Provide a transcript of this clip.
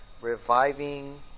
reviving